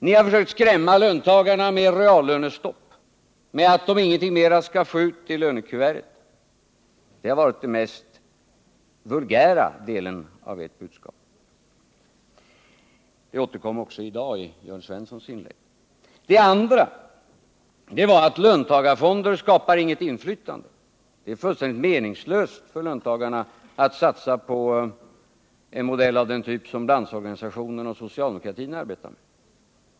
Ni har försökt skrämma löntagarna med reallönestopp, dvs. med att de inte skall få några förbättringar i lönekuverten. Det har varit den mest vulgära delen av ert budskap, och den återkom också i Jörn Svenssons inlägg i dag. Den andra delen har varit att löntagarfonder inte skapar något inflytande. Det skulle vara fullständigt meningslöst för löntagarna att satsa på en modell av den typ som Landsorganisationen och socialdemokratin arbetar med.